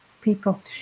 people